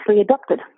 adopted